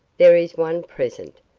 there is one present,